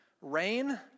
rain